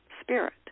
spirit